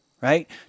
Right